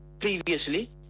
previously